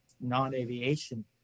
non-aviation